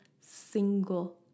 single